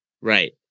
Right